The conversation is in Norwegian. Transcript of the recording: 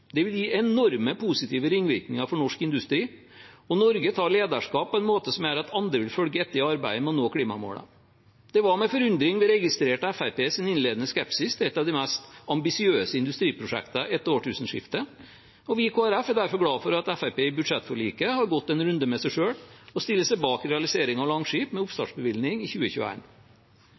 Det vil gi enorme positive ringvirkninger for norsk industri, og Norge tar lederskap på en måte som gjør at andre vil følge etter i arbeidet med å nå klimamålene. Det var med forundring vi registrerte Fremskrittspartiets innledende skepsis til et av de mest ambisiøse industriprosjektene etter årtusenskiftet, og vi i Kristelig Folkeparti er derfor glad for at Fremskrittspartiet i budsjettforliket har gått en runde med seg selv og stiller seg bak realiseringen av Langskip med oppstartsbevilgning i